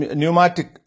Pneumatic